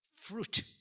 fruit